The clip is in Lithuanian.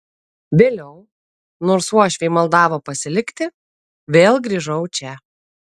vėliau nors uošviai maldavo pasilikti vėl grįžau čia